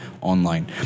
online